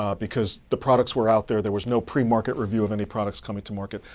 um because the products were out there. there was no pre-market review of any products coming to market.